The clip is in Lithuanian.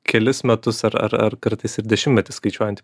kelis metus ar ar ar kartais ir dešimtmetį skaičiuojanti